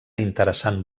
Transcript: interessant